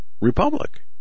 republic